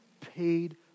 paid